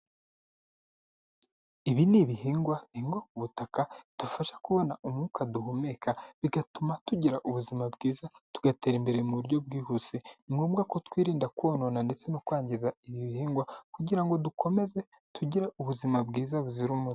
Ibi ni ibihingwa bihingwa ku butaka, bidufasha kubona umwuka duhumeka bigatuma tugira ubuzima bwiza, tugatera imbere mu buryo bwihuse, ni ngombwa ko twirinda konona ndetse no kwangiza ibi bihingwa kugira ngo dukomeze tugire ubuzima bwiza buzira umuze.